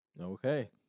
Okay